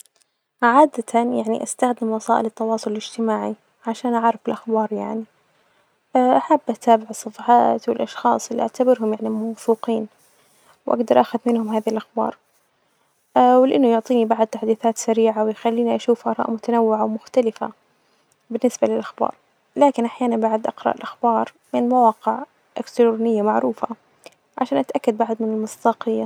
عدة يعني أستخدم وسائل التواصل الإجتماعي، عشان أعرف الأخبار يعني أحب أتابع الصفحات والأشخاص اللي أعتبرهم يعني موثوقين، وأجدر آخد منهم هادي الأخبار ولأنه يعطيني بعد تحديثات سريعه ويخليني أشوف آراء متنوعة ومختلفة بالنسبة للأخبار، لكن أحيانا بعد أقرأ الأخبار من مواقع إلكترونية معروفة عشان أتأكد بعد من المصداقية.